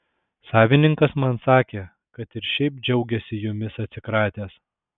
savininkas man sakė kad ir šiaip džiaugiasi jumis atsikratęs